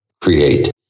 create